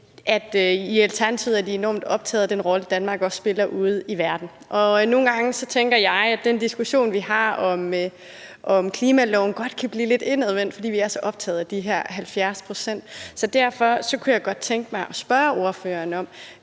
de i Alternativet også er enormt optaget af den rolle, Danmark spiller ude i verden. Nogle gange tænker jeg, at den diskussion, vi har om klimaloven, godt kan blive lidt indadvendt, fordi vi er så optaget af de her 70 pct. Derfor kunne jeg godt tænke mig at spørge ordføreren,